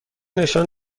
نشان